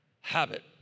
habit